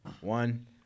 One